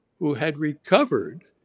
who had recovered,